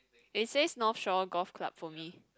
it says North Shore Golf Club for me